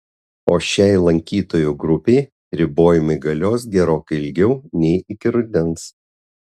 o šiai lankytojų grupei ribojimai galios gerokai ilgiau nei iki rudens